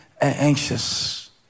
anxious